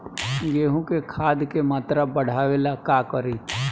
गेहूं में खाद के मात्रा बढ़ावेला का करी?